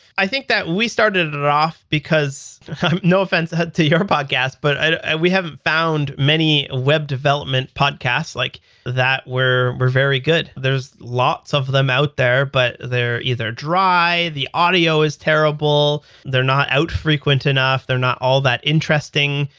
i think that we started it off, because no offense to your podcast, but we have found many web development podcast, like that we're we're very good. there's lots of them out there, but they're either dry, the audio is terrible, they're not out frequent enough, they're not all that interesting,